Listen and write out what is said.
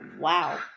wow